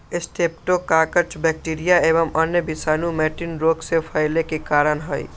streptococcus bacteria एवं अन्य विषाणु मैटिन रोग के फैले के कारण हई